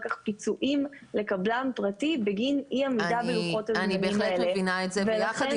כך פיצויים לקבלן פרטי בגין אי עמידה בלוחות